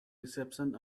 reception